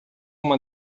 uma